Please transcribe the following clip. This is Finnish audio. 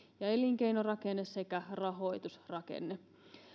ja elinkeinorakenne sekä rahoitusrakenne